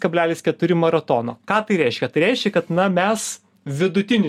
kablelis keturi maratono ką tai reiškia tai reiškia kad na mes vidutinį